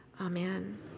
Amen